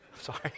Sorry